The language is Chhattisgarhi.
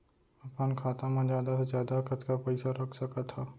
अपन खाता मा जादा से जादा कतका पइसा रख सकत हव?